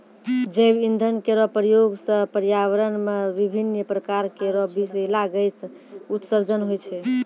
जैव इंधन केरो प्रयोग सँ पर्यावरण म विभिन्न प्रकार केरो बिसैला गैस उत्सर्जन होय छै